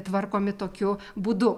tvarkomi tokiu būdu